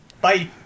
Bye